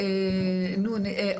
האלה,